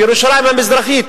בירושלים המזרחית,